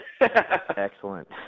Excellent